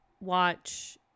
watch